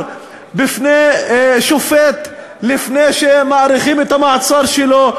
בפני שופט לפני שמאריכים את המעצר שלו,